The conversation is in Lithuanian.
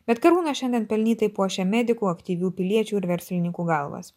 bet karūna šiandien pelnytai puošia medikų aktyvių piliečių ir verslininkų galvas